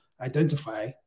identify